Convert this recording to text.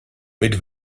mit